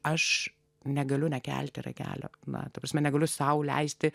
aš negaliu nekelti ragelio na ta prasme negaliu sau leisti